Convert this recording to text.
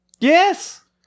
Yes